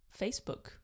Facebook